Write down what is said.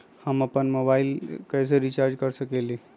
हम अपन मोबाइल कैसे रिचार्ज कर सकेली?